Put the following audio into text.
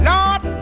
Lord